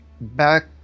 Back